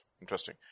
interesting